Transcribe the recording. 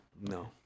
No